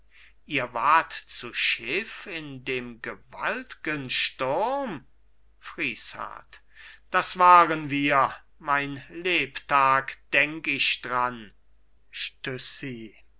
ihr wart zu schiff in dem gewalt'gen sturm friesshardt das waren wir mein lebtag denk ich dran